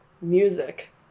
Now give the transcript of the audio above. music